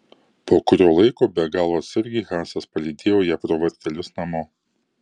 po kurio laiko be galo atsargiai hansas palydėjo ją pro vartelius namo